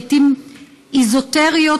לעיתים אזוטריות,